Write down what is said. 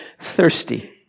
thirsty